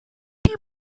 die